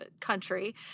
country